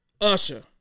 Usher